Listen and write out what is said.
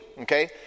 okay